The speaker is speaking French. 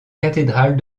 cathédrale